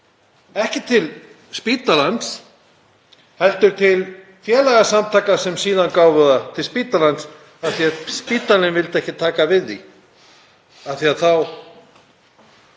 ekki til spítalans heldur til félagasamtaka sem síðan gáfu hana til spítalans af því að spítalinn vildi ekki taka við henni, af því að þá